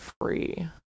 free